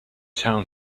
town